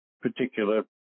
particular